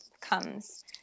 comes